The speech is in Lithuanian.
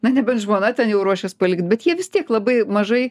na nebent žmona ten jau ruošias palikt bet jie vis tiek labai mažai